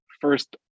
first